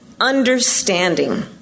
understanding